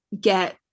get